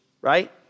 right